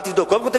אל תבדוק,